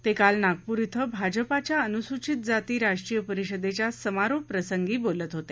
ते काल नागपूर इथं भाजपाच्या अनुसूचित जाती राष्ट्रीय परिषदेच्या समारोप प्रसंगी बोलत होते